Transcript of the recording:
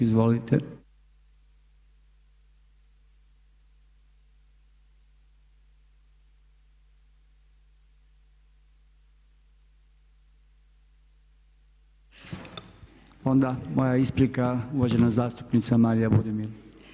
Izvolite. … [[Upadica se ne razumije.]] Moja isprika, uvažena zastupnica Marija Budimir.